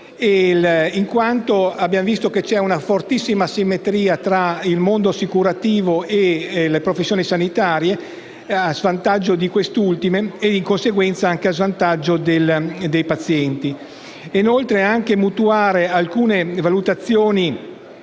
in quanto abbiamo visto che c'è una fortissima asimmetria tra il mondo assicurativo e le professioni sanitarie a svantaggio di queste ultime e di conseguenza anche dei pazienti. Inoltre, anche mutuare alcune valutazioni